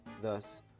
Thus